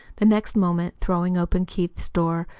the next moment, throwing open keith's door,